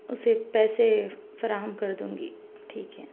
اُسے پیسے فراہم کر دوں گی ٹھیک ہے